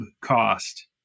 cost